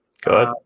Good